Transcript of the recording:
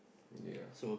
ya